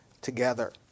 together